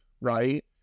right